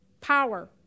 Power